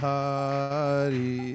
Hari